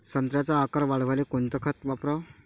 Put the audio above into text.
संत्र्याचा आकार वाढवाले कोणतं खत वापराव?